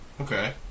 Okay